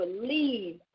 believe